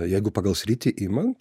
jeigu pagal sritį imant